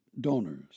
donors